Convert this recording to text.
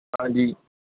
ਹਾਂਜੀ